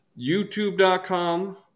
YouTube.com